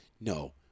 No